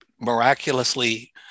miraculously